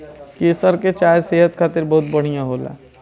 केसर के चाय सेहत खातिर बहुते बढ़िया होला